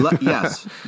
Yes